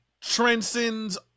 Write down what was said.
transcends